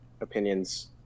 opinions